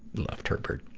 loved herbert.